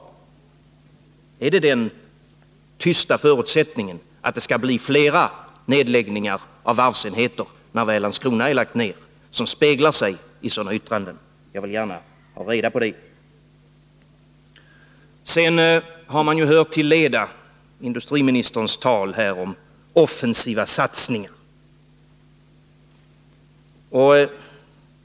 Är det den tysta förutsättningen — att det skall bli fler nerläggningar av varvsenheter när väl Landskronavarvet är nedlagt — som speglar sig i sådana yttranden som det av industriministern nyss? Jag vill gärna ha reda på det. Vi har hört till leda industriministerns tal om offensiva satsningar.